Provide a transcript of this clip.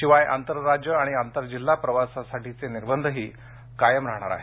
शिवाय आंतरराज्य आणि आंतर जिल्हा प्रवासासाठीचे निर्बंधही कायम राहणार आहेत